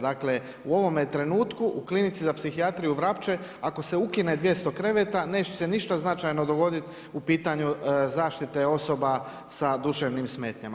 Dakle, u ovome trenutku u Klinici za psihijatriju Vrapče ako se ukine 200 kreveta neće se ništa značajno dogodit u pitanju zaštite osoba sa duševnim smetnjama.